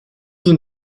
sind